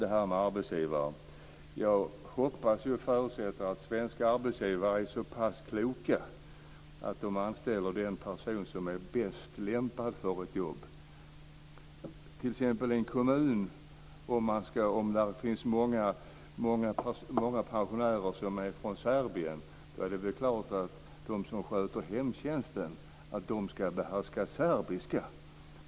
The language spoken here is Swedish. Till sist hoppas jag och förutsätter att svenska arbetsgivare är så pass kloka att de anställer den person som är bäst lämpad för ett jobb. Om det i en kommun t.ex. finns många pensionärer som är från Serbien är det klart att de som sköter hemtjänsten ska behärska serbiska.